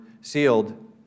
sealed